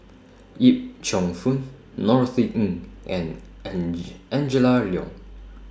Yip Cheong Fun Norothy Ng and Angela Liong